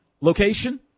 Location